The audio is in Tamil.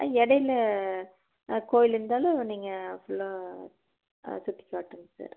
ம் இடைல கோயில் இருந்தாலும் நீங்கள் ஃபுல்லாக அதை சுற்றி கட்டிவிடுங்க சார்